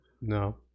No